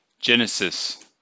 Genesis